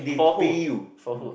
for who for who